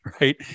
right